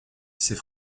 c’est